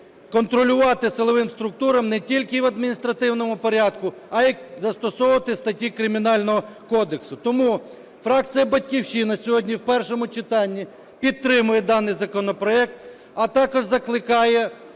контролювати силовим структурам не тільки в адміністративному порядку, а й застосовувати статті Кримінального кодексу. Тому фракція "Батьківщина" сьогодні в першому читанні підтримає даний законопроект, а також закликає